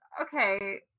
okay